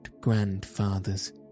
grandfathers